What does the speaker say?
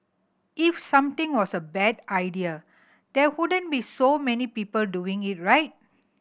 if something was a bad idea there wouldn't be so many people doing it right